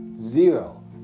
Zero